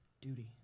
duty